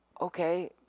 okay